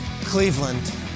Cleveland